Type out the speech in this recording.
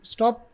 Stop